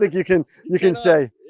like you can you can say.